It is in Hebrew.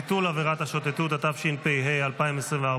(ביטול עבירת השוטטות), התשפ"ה 2024,